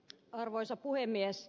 arvoisa puhemies